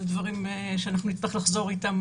אלה דברים שאנחנו נצטרך לחזור איתם